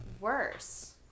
Worse